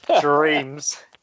dreams